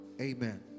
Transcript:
Amen